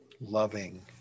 loving